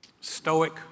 stoic